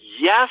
Yes